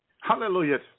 Hallelujah